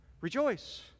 Rejoice